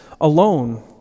alone